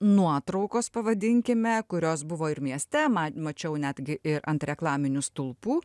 nuotraukos pavadinkime kurios buvo ir mieste ma mačiau netgi ir ant reklaminių stulpų